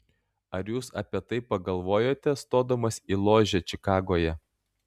ar jūs apie tai pagalvojote stodamas į ložę čikagoje